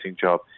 job